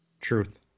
Truth